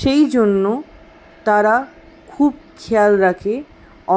সেই জন্য তারা খুব খেয়াল রাখে